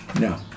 No